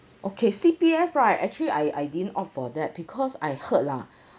okay C_P_F right actually I I didn't opt for that because I heard lah